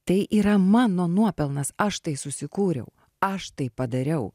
tai yra mano nuopelnas aš tai susikūriau aš tai padariau